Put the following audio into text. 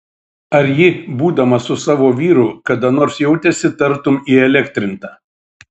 ar ji būdama su savo vyru kada nors jautėsi tartum įelektrinta